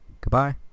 Goodbye